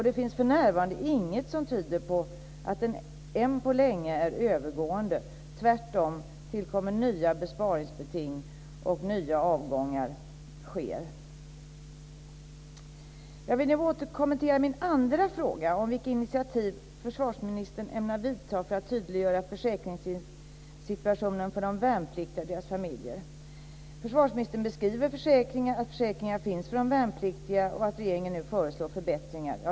Det finns för närvarande inget som tyder på att den än på länge är övergående. Tvärtom tillkommer nya besparingsbeting och nya avgångar sker. Jag vill nu kommentera min andra fråga om vilka initiativ försvarsministern ämnar vidta för att tydliggöra försäkringssituationen för de värnpliktiga och deras familjer. Försvarsministern beskriver att försäkringar finns för de värnpliktiga och att regeringen nu föreslår förbättringar.